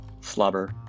slobber